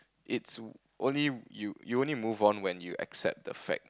it's only you you only move on when you accept that fact